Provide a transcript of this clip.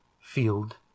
field